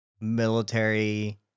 military